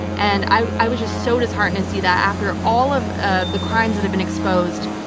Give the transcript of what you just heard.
and i i was just so disheartened to see that after all of ah the crimes that have been exposed,